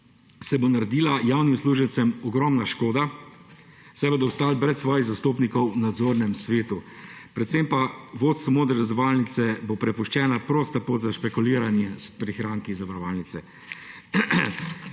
se bo naredila javnim uslužbencem ogromna škoda, saj bodo ostali brez svojih zastopnikov v nadzornem svetu, predvsem pa vodstvo Modre zavarovalnice bo prepuščena prosta pot za špekuliranje s prihranki zavarovalnice.